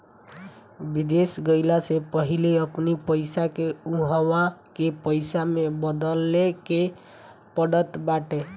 विदेश गईला से पहिले अपनी पईसा के उहवा के पईसा में बदले के पड़त बाटे